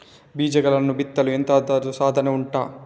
ಬೀಜಗಳನ್ನು ಬಿತ್ತಲು ಎಂತದು ಸಾಧನ ಉಂಟು?